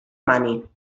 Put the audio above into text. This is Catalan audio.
mani